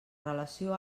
relació